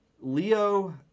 Leo